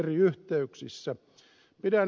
pidän ed